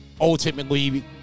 ultimately